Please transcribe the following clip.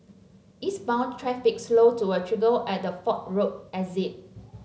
eastbound traffic slowed to a trickle at the Fort Road exit